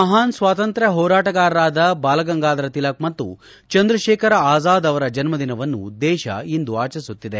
ಮಹಾನ್ ಸ್ವಾತಂತ್ರ್ಯ ಹೋರಾಟಗಾರರಾದ ಬಾಲಗಂಗಾಧರ ತಿಲಕ್ ಮತ್ತು ಚಂದ್ರಶೇಖರ ಆಜಾದ್ ಜನ್ನದಿನವನ್ನು ದೇಶ ಇಂದು ಆಚರಿಸುತ್ತಿದೆ